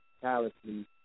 callously